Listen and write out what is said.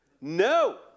No